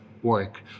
work